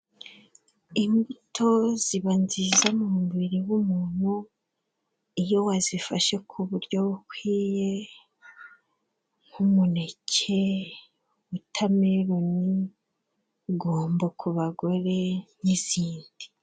Imbuto ziba nziza mu mubiri w'umuntu iyo wazifashe ku buryo bukwiye. nk'umuneke, wotameloni gombo ku bagore, n'izindi.